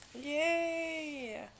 Yay